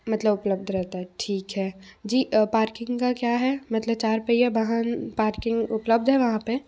मतलब उपलब्ध रहता है ठीक है जी पार्किंग का क्या है मतलब चार पहिया वाहन पार्किंग उपलब्ध है वहाँ पे